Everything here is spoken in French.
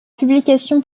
publication